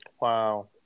Wow